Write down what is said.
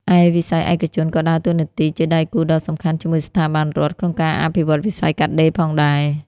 ឯវិស័យឯកជនក៏ដើរតួនាទីជាដៃគូដ៏សំខាន់ជាមួយស្ថាប័នរដ្ឋក្នុងការអភិវឌ្ឍវិស័យកាត់ដេរផងដែរ។